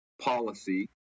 policy